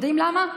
יודעים למה?